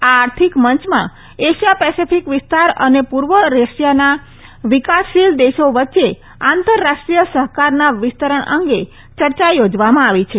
આ આર્થિક મંચમાં એશિયા પેસેફિક વિસ્તાર અને પૂર્વ રશિયાના વિકાસશીલ દેશો વચ્ચે આંતરરાષ્ટ્રીય સહકારના વિસ્તરણ અંગે ચર્ચા યોજવામાં આવી છે